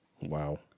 wow